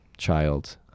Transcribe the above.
Child